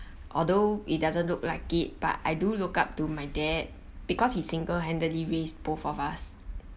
although it doesn't look like it but I do look up to my dad because he single handedly raised both of us